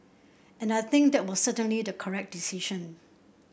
and I think that was certainly the correct decision